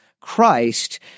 Christ